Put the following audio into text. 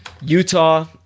Utah